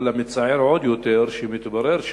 אבל מצער עוד יותר שמתברר,